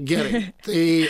gerai tai